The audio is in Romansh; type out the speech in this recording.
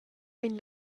vegn